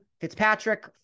Fitzpatrick